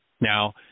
Now